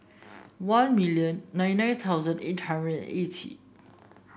one million nine nine thousand eight hundred and eighty